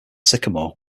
sycamore